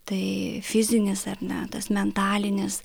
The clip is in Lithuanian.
tai fizinis ar ne tas mentalinis